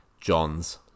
Johns